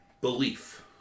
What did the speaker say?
Belief